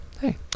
Hey